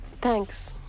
Thanks